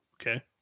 Okay